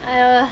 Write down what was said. uh